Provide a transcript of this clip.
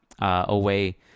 away